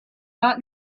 not